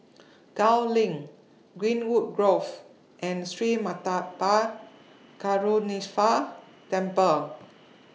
Gul LINK Greenwood Grove and Sri Karuneshvarar Temple